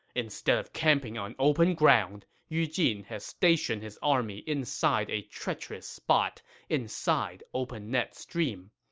instead of camping on open ground, yu jin has stationed his army inside a treacherous spot inside open net stream.